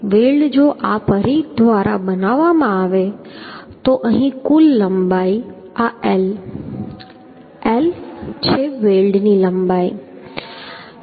તેથી વેલ્ડ જો આ પરિઘ દ્વારા બનાવવામાં આવે તો અહીં કુલ લંબાઈ આ L L છે વેલ્ડની લંબાઈ છે